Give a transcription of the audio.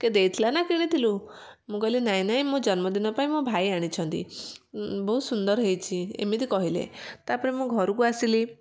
କିଏ ଦେଇଥିଲା ନା କିଣିଥିଲୁ ମୁଁ କହିଲି ନାହିଁ ନାହିଁ ମୋ ଜନ୍ମଦିନ ପାଇଁ ମୋ ଭାଇ ଆଣିଛନ୍ତି ବହୁତ ସୁନ୍ଦର ହେଇଛି ଏମିତି କହିଲେ ତାପରେ ମୁଁ ଘରକୁ ଆସିଲି